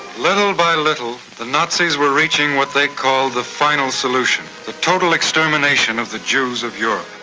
little by little the nazis were reaching what they called the final solution, the total extermination of the jews of europe.